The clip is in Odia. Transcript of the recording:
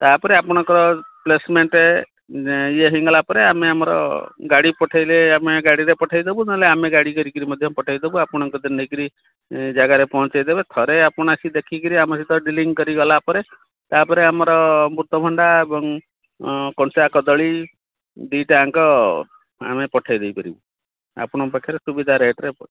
ତା'ପରେ ଆପଣଙ୍କର ପ୍ଲେସମେଣ୍ଟ ଇଏ ହୋଇଗଲା ପରେ ଆମେ ଆମର ଗାଡ଼ି ପଠାଇଲେ ଆମେ ଗାଡ଼ିରେ ପଠାଇଦେବୁ ନହେଲେ ଆମେ ଗାଡ଼ି କରିକି ମଧ୍ୟ ପଠାଇଦେବୁ ଆପଣ ନେଇକରି ଜାଗାରେ ପହଞ୍ଚାଇ ଦେବେ ଥରେ ଆପଣ ଆସି ଦେଖିକରି ଆମ ସହିତ ଡିଲିଙ୍ଗ କରି ଗଲାପରେ ତା'ପରେ ଆମର ଅମୃତଭଣ୍ଡା ଏବଂ କଞ୍ଚା କଦଳୀ ଦୁଇଟାଯାକ ଆମେ ପଠାଇ ଦେଇପାରିବୁ ଆପଣଙ୍କ ପାଖରେ ସୁବିଧା ରେଟରେ